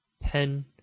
pen